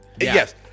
Yes